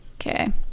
okay